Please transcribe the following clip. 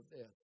death